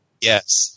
Yes